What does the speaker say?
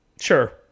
Sure